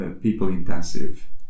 people-intensive